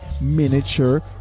miniature